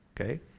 okay